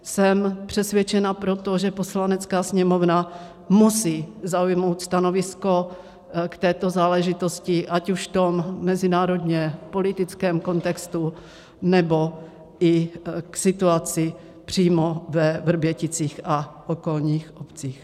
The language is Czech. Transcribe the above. Jsem přesvědčena pro to, že Poslanecká sněmovna musí zaujmout stanovisko k této záležitosti, ať už v mezinárodněpolitickém kontextu, nebo i k situaci přímo ve Vrběticích a okolních obcích.